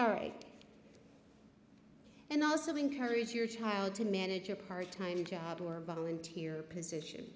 all right and also encourage your child to manage a part time job or volunteer position